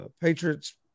Patriots